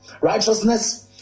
righteousness